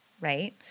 right